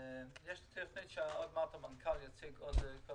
יש תוכנית ועוד מעט המנכ"ל יציג עוד כל